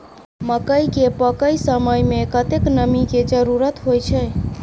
मकई केँ पकै समय मे कतेक नमी केँ जरूरत होइ छै?